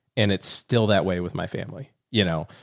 and it's still that way with my family, you know,